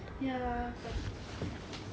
ya but